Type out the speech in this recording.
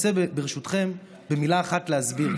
עכשיו אני רוצה, ברשותכם, במילה אחת להסביר.